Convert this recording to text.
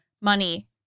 money